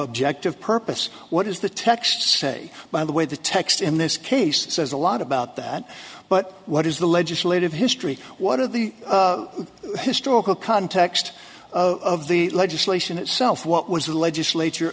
objective purpose what is the text say by the way the text in this case says a lot about that but what is the legislative history what are the historical context of the legislation itself what was the legislature